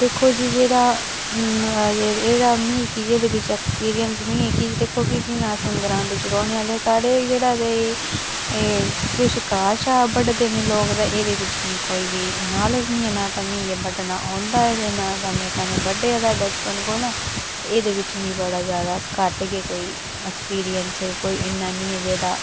दिक्खो जी जेह्ड़ा मिंं जेह्ड़ा बिच ऐक्सपिरियंस ई निं ऐ कि दिक्खो कि जि'यां अस ग्रांऽ बिच रौंह्नें आह्लें आं जेह्ड़ा ते कुछ घाऽ शाऽ बढदे न लोक एह्दे बिच मिं कोई बी इन्ना नालेज निं ऐ इन्ना ते मि ना बड्ढना औंदा ऐ न गै मैं कदे बड्ढेआ ऐ एह्दे बिच मि बड़ा जादा घट्ट गै ऐक्सपिरयंस ऐ कोई इन्ना निं ऐ तां